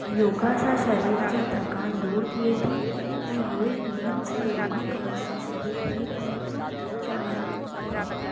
योगा सां शरीर जी थकान दूर थिए थी ऐं रोज़ु नियम सां योगा करण सां शरीरु ठीकु रहे थो ऐं मनु चुस्तु रहे थो